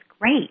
great